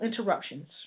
interruptions